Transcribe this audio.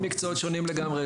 שני מקצועות שונים לגמרי,